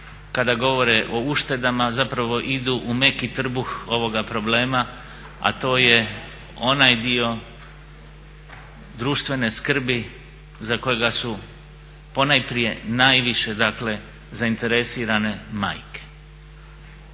kada govore o uštedama zapravo idu u meki trbuh ovoga problema, a to je onaj dio društvene skrbi za kojega su ponajprije najviše, dakle zainteresirane majke.